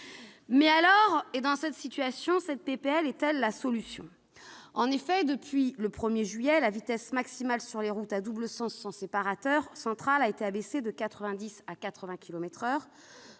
de la situation, cette proposition de loi est-elle la solution ? En effet, depuis le 1juillet, la vitesse maximale sur les routes à double sens, sans séparateur central, a été abaissée de 90 à 80 kilomètres